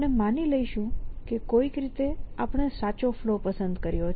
આપણે માની લઈશું કે કોઈક રીતે આપણે સાચો ફ્લૉ પસંદ કર્યો છે